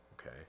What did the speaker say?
okay